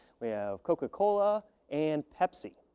we have coca cola and pepsi.